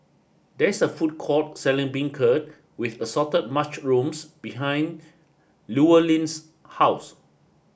there is a food court selling beancurd with assorted mushrooms behind Llewellyn's house